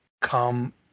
come